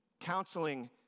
counseling